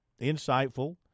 insightful